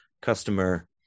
customer